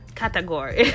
category